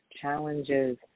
challenges